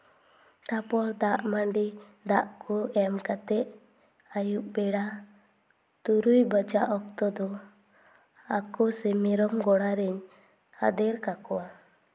ᱛᱟᱨᱯᱚᱨ ᱫᱟᱜᱢᱟᱹᱰᱤ ᱫᱟᱜ ᱠᱚ ᱮᱢ ᱠᱟᱛᱮᱫ ᱟᱹᱭᱩᱵ ᱵᱮᱲᱟ ᱛᱩᱨᱩᱭ ᱵᱟᱡᱟᱜ ᱚᱠᱛᱚ ᱫᱚ ᱟᱠᱳ ᱥᱮ ᱢᱮᱨᱚᱢ ᱜᱚᱲᱟᱨᱤᱧ ᱟᱫᱮᱨ ᱠᱟᱠᱚᱣᱟ